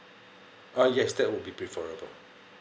uh yes that will be preferable